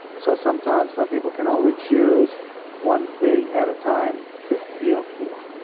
so sometimes, some people can only choose one thing at a time to feel for,